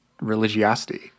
religiosity